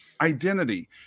identity